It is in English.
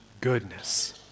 goodness